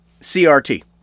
CRT